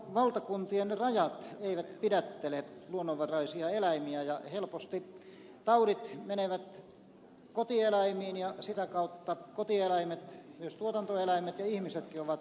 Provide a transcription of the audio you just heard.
valtakuntien rajat eivät pidättele luonnonvaraisia eläimiä ja helposti taudit menevät kotieläimiin ja sitä kautta kotieläimet myös tuotantoeläimet ja ihmisetkin ovat vaarassa